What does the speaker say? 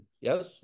yes